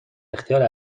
اختیار